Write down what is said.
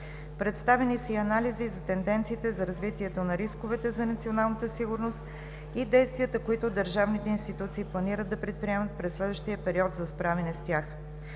Представени са и анализи за тенденциите за развитието на рисковете за националната сигурност и действията, които държавните институции планират да предприемат през следващия период за справяне с тях.